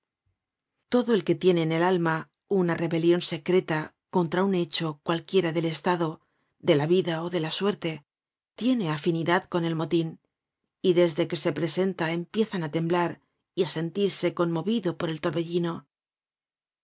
todo el que tiene en el alma una rebelion secreta contra un hecho cualquiera del estado de la vida ó de la suerte tiene afinidad con el motin y desde que se presenta empieza á temblar y á sentirse conmovido por el torbellino